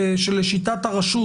שלשיטת הרשות,